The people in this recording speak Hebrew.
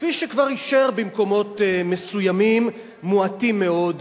כפי שכבר אישר במקומות מסוימים, מועטים מאוד,